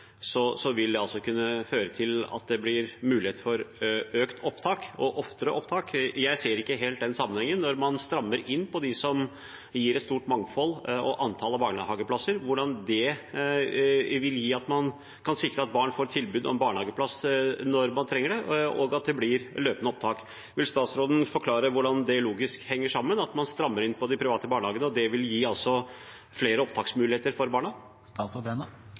vil det kunne føre til at det blir mulighet for økt opptak og oftere opptak. Jeg ser ikke helt den sammenhengen. Når man strammer inn på dem som gir et stort mangfold og antall barnehageplasser, hvordan vil det sikre at barn får tilbud om barnehageplass når man trenger det, og at det blir løpende opptak? Vil statsråden forklare hvordan det logisk henger sammen – at det å stramme inn på de private barnehagene vil gi flere opptaksmuligheter for barna?